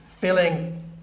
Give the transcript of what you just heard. filling